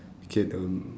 K um